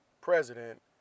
president